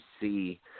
see